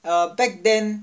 uh back then